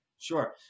Sure